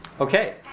Okay